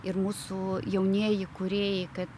ir mūsų jaunieji kūrėjai kad